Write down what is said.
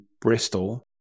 Bristol